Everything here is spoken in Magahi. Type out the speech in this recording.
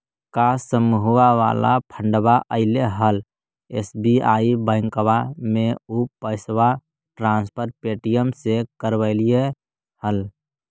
का समुहवा वाला फंडवा ऐले हल एस.बी.आई बैंकवा मे ऊ पैसवा ट्रांसफर पे.टी.एम से करवैलीऐ हल?